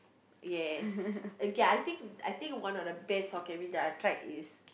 yes okay I think I think one of the best hokkien-mee that I tried is